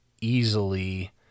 easily